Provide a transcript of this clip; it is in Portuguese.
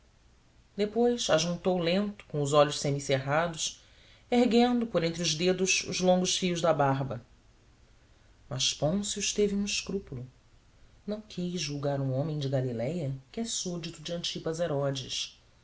preso depois ajuntou lento com os olhos semicerrados erguendo por entre os dedos os longos fios da barba mas pôncio teve um escrúpulo não quis julgar um homem de galiléia que é súdito de antipas